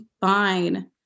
fine